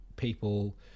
people